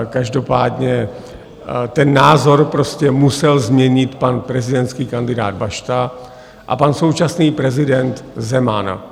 Každopádně ten názor prostě musel změnit pan prezidentský kandidát Bašta a pan současný prezident Zeman.